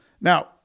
Now